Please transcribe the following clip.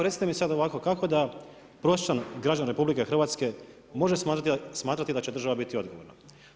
Recite mi sad ovako kako da prosječan građanin RH može smatrati da će država biti odgovorna.